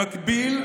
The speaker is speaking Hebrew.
במקביל,